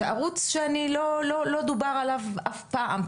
זה ערוץ שלא דובר עליו אף פעם,